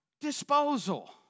disposal